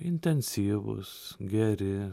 intensyvūs geri